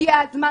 הגיע הזמן